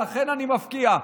לכן אני מפקיע.